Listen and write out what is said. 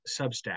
Substack